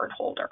cardholder